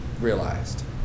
realized